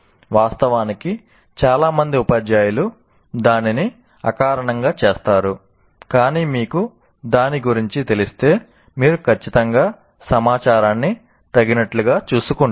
వాస్తవానికి చాలా మంది ఉపాధ్యాయులు దానిని అకారణంగా చేస్తారు కానీ మీకు దాని గురించి తెలిస్తే మీరు ఖచ్చితంగా సమాచారాన్ని తగినట్లుగా చూసుకుంటారు